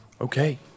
Okay